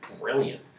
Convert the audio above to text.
brilliant